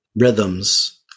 rhythms